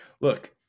Look